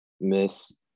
miss